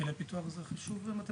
זה חישוב.